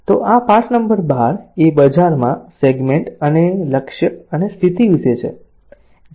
તો આ પાઠ નંબર 12 એ બજારમાં સેગ્મેન્ટ અને લક્ષ્ય અને સ્થિતિ વિશે છે